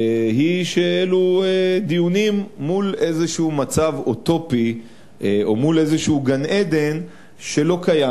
היא שאלו דיונים מול איזה מצב אוטופי או מול איזה גן-עדן שלא קיים.